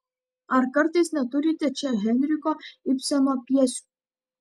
ar kartais neturite čia henriko ibseno pjesių